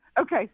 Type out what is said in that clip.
okay